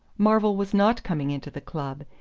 marvell was not coming into the club,